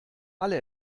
alle